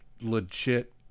legit